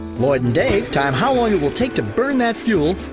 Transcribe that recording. lloyd and dave time how long it will take to burn that fuel,